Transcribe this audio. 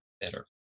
better